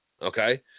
Okay